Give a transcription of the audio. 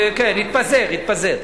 התפזר, התפזר.